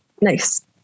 Nice